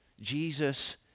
Jesus